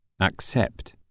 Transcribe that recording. accept